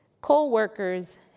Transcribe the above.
co-workers